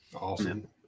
Awesome